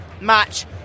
match